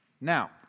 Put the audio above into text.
Now